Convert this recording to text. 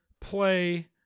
play